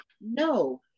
no